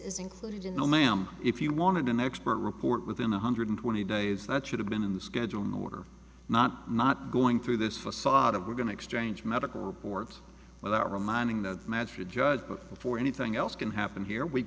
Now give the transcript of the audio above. is included in the ma'am if you wanted an expert report within one hundred twenty days that should have been in the schedule in order not not going through this facade of we're going to exchange medical reports with that reminding that match a judge before anything else can happen here we